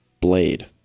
blade